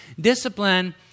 discipline